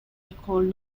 école